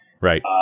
Right